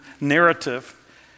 narrative